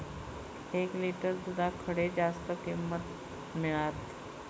एक लिटर दूधाक खडे जास्त किंमत मिळात?